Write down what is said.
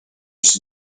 was